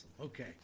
okay